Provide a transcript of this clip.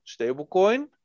Stablecoin